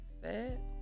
Sad